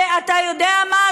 ואתה יודע מה,